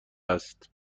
است